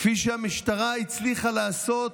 כפי שהמשטרה הצליחה לעשות